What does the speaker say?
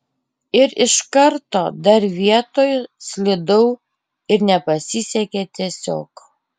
ir iš karto dar vietoj slydau ir nepasisekė tiesiog